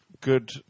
good